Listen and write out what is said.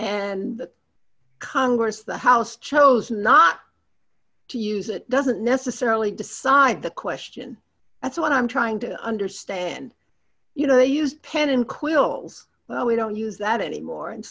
that congress the house chose not to use it doesn't necessarily decide the question that's what i'm trying to understand you know use pen and quills well we don't use that anymore and